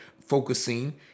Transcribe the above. focusing